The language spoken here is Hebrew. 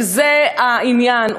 וזה העניין,